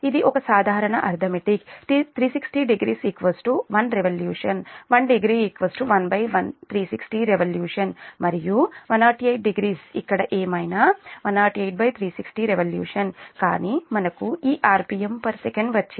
ఇది ఒక సాధారణ అర్థమెటిక్ 3600 1 రెవల్యూషన్ 10 1360 రెవల్యూషన్ మరియు 1080 ఇక్కడ ఏమైనా 108360రెవల్యూషన్ కానీ మనకు ఈ ఆర్పిఎమ్ సెకను వచ్చింది